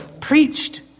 preached